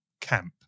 camp